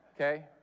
Okay